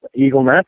EagleNet